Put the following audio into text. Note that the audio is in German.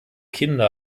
kinder